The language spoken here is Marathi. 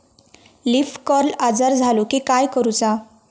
लीफ कर्ल आजार झालो की काय करूच?